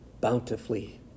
bountifully